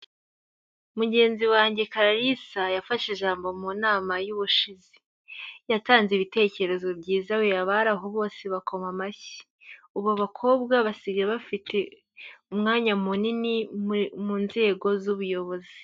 Kugenzi wanjye kalalisa yafashe ijambo mu nama y'ubushize, yatanze ibitekerezo byiza we, abari aho bose bakoma amashyi, ubu abakobwa basigaye bafite umwanya munini mu nzego z'ubuyobozi.